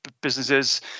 businesses